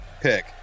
pick